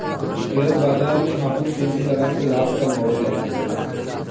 share बाजार में आपन पूँजी लगाके लाभ कमावल जा सकला